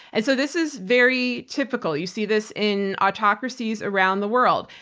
and so this is very typical. you see this in autocracies around the world.